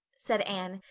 said anne,